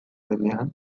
denean